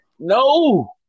No